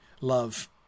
Love